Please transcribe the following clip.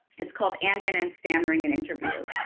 it's called and and and stammering an interview.